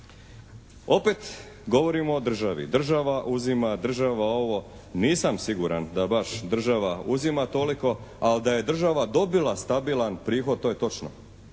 Opet govorimo o državi. Država uzima, država ovo. Nisam siguran da baš država uzima toliko ali da je država dobila stabilan prihod to je točno.